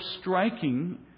striking